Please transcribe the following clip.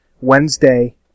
Wednesday